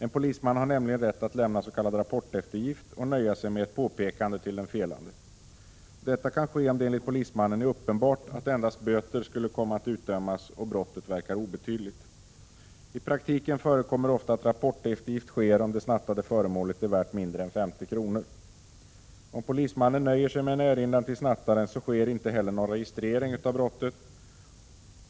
En polisman har nämligen rätt att lämnas.k. rapporteftergift och nöja sig med ett påpekande till den felande. Detta kan ske om det enligt polismannen är uppenbart att endast böter skulle komma att utdömas och brottet verkar obetydligt. I praktiken förekommer det ofta att rapporteftergift sker om det snattade föremålet är värt mindre än 50 kr. Om polismannen nöjer sig med en erinran till snattaren sker inte heller någon registrering av brottet.